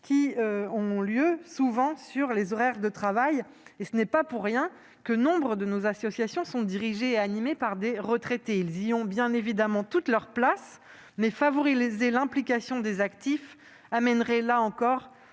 -qui ont souvent lieu lors des horaires de travail. Ce n'est pas sans raison que nombre de nos associations sont dirigées et animées par des retraités. Ils y ont évidemment toute leur place, mais favoriser l'implication des actifs amènerait, là encore,